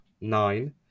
nine